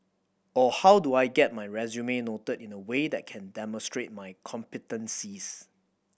or how do I get my resume noted in a way that can demonstrate my competencies